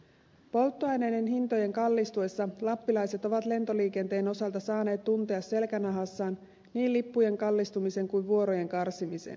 polttoaineiden hintojen kallistuessa lappilaiset ovat lentoliikenteen osalta saaneet tuntea selkänahassaan niin lippujen kallistumisen kuin vuorojen karsimisen